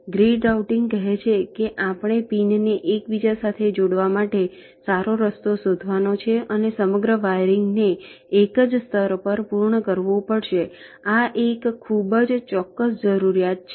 grid routing કહે છે કે આપણે પિનને એકબીજા સાથે જોડવા માટે સારો રસ્તો શોધવાનો છે અને સમગ્ર વાયરિંગને એક જ સ્તર પર પૂર્ણ કરવું પડશે આ એક ખૂબ જ ચોક્કસ જરૂરિયાત છે